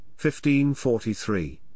1543